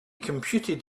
computed